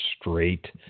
straight